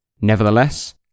Nevertheless